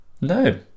No